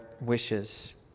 wishes